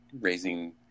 raising